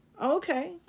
Okay